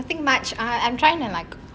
nothing much I am trying to like